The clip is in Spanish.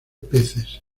peces